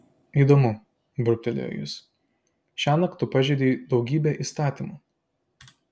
įdomu burbtelėjo jis šiąnakt tu pažeidei daugybę įstatymų